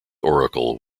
oracle